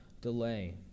delay